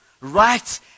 right